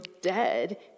dead